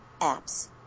apps